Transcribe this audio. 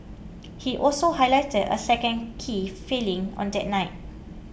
he also highlighted a second key failing on the night